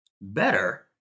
Better